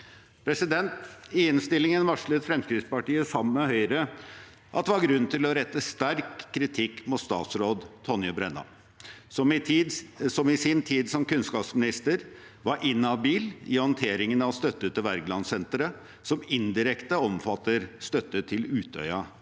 mv. 2629 I innstillingen varslet Fremskrittspartiet, sammen med Høyre, at det var grunn til å rette sterk kritikk mot statsråd Tonje Brenna, som i sin tid som kunnskapsminister var inhabil i håndteringen av støtte til Wergelandsenteret, som indirekte omfatter støtte til Utøya